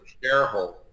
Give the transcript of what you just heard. shareholder